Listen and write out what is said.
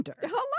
Hello